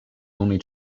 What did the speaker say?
only